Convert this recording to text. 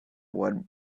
web